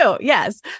Yes